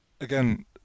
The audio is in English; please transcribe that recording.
again